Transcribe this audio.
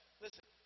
listen